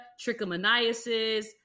trichomoniasis